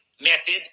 method